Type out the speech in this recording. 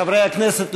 חברי הכנסת,